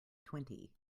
twenty